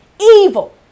evil